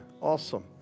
Awesome